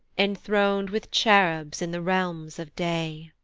enthron'd with cherubs in the realms of day.